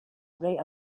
right